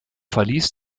verließ